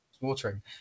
watering